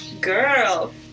girl